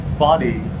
Body